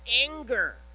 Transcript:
anger